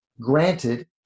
Granted